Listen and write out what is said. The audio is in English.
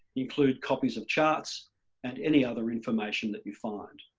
include copies of charts and any other information that you find.